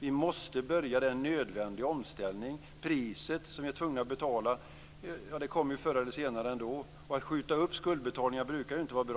Vi måste börja den nödvändiga omställningen. Förr eller senare kommer vi ändå att bli tvungna att betala priset. Att skjuta upp skuldbetalningar brukar ju inte vara bra.